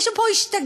מישהו פה השתגע,